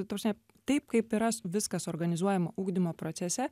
ta prasme taip kaip yra viskas organizuojama ugdymo procese